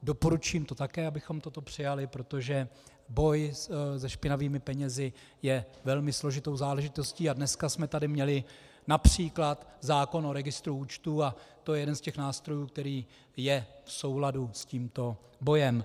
Doporučuji také, abychom toto přijali, protože boj se špinavými penězi je velmi složitou záležitostí, a dneska jsme tady měli například zákon o registru účtů, a to je jeden z těch nástrojů, který je v souladu s tímto bojem.